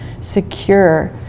secure